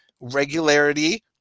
regularity